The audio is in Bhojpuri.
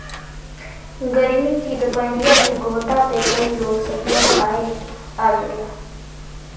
गरमी के दुपहरिया में घोठा पे कई लोग सतुआ खाए आवेला